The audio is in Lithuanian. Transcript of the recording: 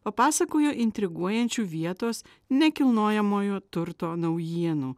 papasakojo intriguojančių vietos nekilnojamojo turto naujienų